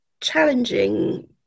challenging